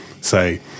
say